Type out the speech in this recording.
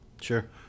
Sure